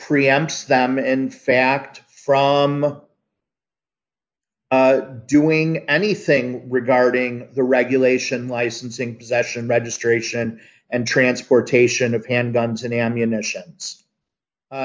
preempts them in fact from doing anything regarding the regulation licensing possession registration and transportation of handguns and ammunition